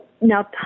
Now